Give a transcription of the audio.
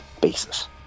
basis